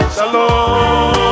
Shalom